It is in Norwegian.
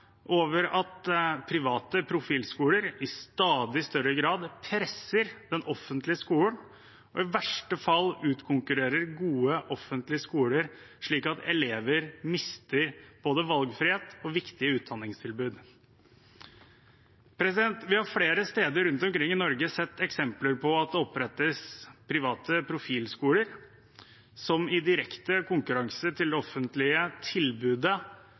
over at private profilskoler i stadig større grad presser den offentlige skolen og i verste fall utkonkurrerer gode, offentlige skoler slik at elever mister både valgfrihet og viktige utdanningstilbud. Vi har flere steder rundt omkring i Norge sett eksempler på at det opprettes private profilskoler som i direkte konkurranse til det offentlige tilbudet